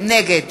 נגד